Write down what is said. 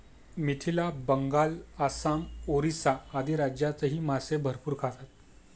मिथिला, बंगाल, आसाम, ओरिसा आदी राज्यांतही मासे भरपूर खातात